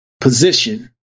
position